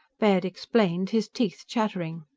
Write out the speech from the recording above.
baird explained, his teeth chattering.